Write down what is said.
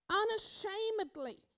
Unashamedly